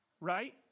right